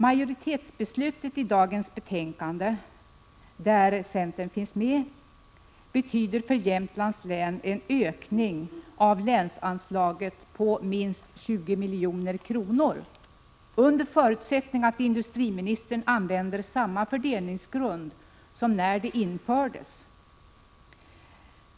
Majoritetsbeslutet i dagens betänkande, där centern finns med, betyder för Jämtlands län en ökning av länsanslaget på minst 20 milj.kr., under när det infördes.